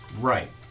Right